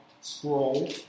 scroll